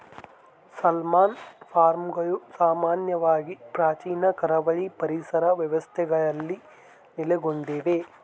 salmon ಫಾರ್ಮ್ಗಳು ಸಾಮಾನ್ಯವಾಗಿ ಪ್ರಾಚೀನ ಕರಾವಳಿ ಪರಿಸರ ವ್ಯವಸ್ಥೆಗಳಲ್ಲಿ ನೆಲೆಗೊಂಡಿವೆ